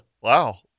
Wow